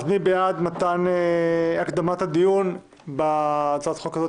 מי בעד הקדמת הדיון בהצעת החוק הזאת?